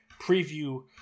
preview